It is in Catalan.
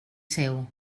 seu